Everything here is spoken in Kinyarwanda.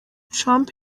trump